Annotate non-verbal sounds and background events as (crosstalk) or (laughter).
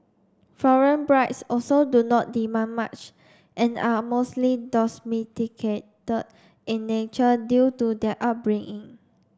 foreign brides also do not demand much and are mostly (unintelligible) in nature due to their upbringing